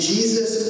Jesus